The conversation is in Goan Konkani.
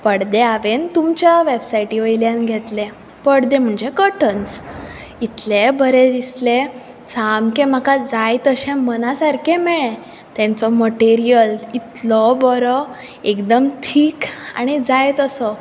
पडदे हांवें तुमच्या वॅबसायटी वयल्यान घेतल्या पडदे म्हणजे कटर्न्स इतले बरे दिसले सामके म्हाका जाय तशे मना सारके मेळ्ळे तांचो मटिरियल इतलो बरो एकदम थीक आनी जाय तसो